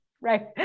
Right